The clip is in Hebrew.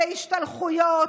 אלה השתלחויות,